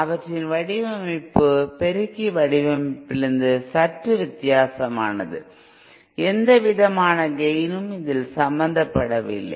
அவற்றின் வடிவமைப்பு பெருக்கி வடிவமைப்பிலிருந்து சற்று வித்தியாசமானது எந்தவிதமான கேய்ன் இன்னும் இதில் சம்பந்தப் படவில்லை இல்லை